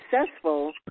successful